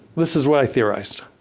this is what i theorized.